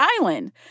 island